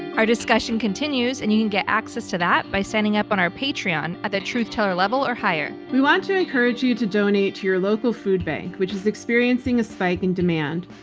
our discussion continues and you can get access to that by signing up on our patreon at the truth teller level or higher. we want to encourage you to donate to your local food bank, which is experiencing a spike in demand.